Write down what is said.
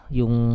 yung